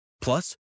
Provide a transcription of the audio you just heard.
Plus